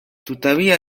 tuttavia